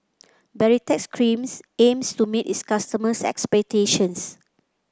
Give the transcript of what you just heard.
Baritex Cream aims to meet its customers' expectations